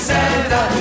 Santa